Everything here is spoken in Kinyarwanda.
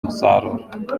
umusaruro